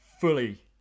fully